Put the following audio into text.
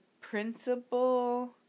principal